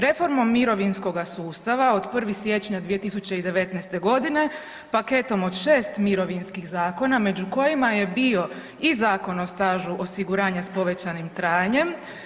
Reformom mirovinskoga sustava od 1. siječnja 2019. g. paketom od 6 mirovinskih zakona među kojima je bio i Zakon o stažu osiguranja s povećanim trajanjem.